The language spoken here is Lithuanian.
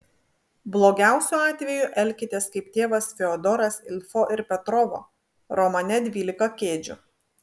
blogiausiu atveju elkitės kaip tėvas fiodoras ilfo ir petrovo romane dvylika kėdžių